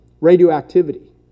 radioactivity